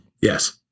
Yes